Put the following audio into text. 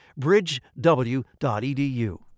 Bridgew.edu